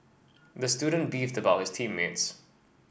the student beefed about his team mates